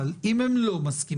אבל אם הן לא מסכימות,